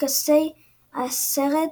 טקסי הסרת